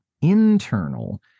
internal